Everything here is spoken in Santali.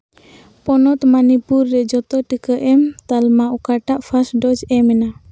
ᱯᱚᱱᱚᱛ ᱢᱚᱱᱤᱯᱩᱨ ᱨᱮ ᱡᱚᱛᱚ ᱴᱤᱠᱟᱹ ᱮᱢ ᱛᱟᱞᱢᱟ ᱚᱠᱟᱴᱟᱜ ᱯᱷᱟᱥ ᱰᱳᱡᱽ ᱮᱢᱱᱟ